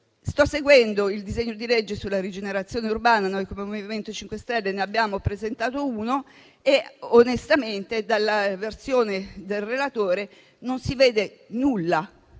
Sto seguendo il disegno di legge sulla rigenerazione urbana, e noi del MoVimento 5 Stelle ne abbiamo presentato uno, ma onestamente nel testo del relatore non si vede nulla